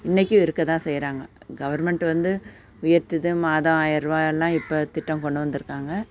இன்றைக்கும் இருக்கற தான் செய்கிறாங்க கவர்மெண்ட் வந்து உயர்த்தி தான் மாதம் ஆயிரருவா எல்லாம் இப்போ திட்டம் கொண்டு வந்துருக்காங்க